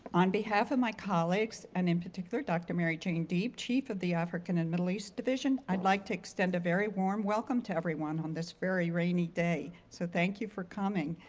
on behalf of my colleagues, and in particular dr. mary jane deeb, chief of the african and middle east division, i'd like to extend a very warm welcome to everyone on this very rainy day. so thank you for coming.